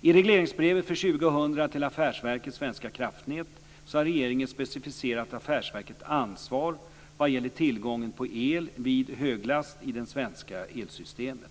I regleringsbrevet för 2000 till Affärsverket svenska kraftnät har regeringen specificerat affärsverkets ansvar vad gäller tillgången på el vid höglast i det svenska elsystemet.